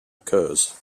occurs